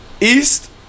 east